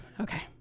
Okay